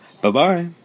Bye-bye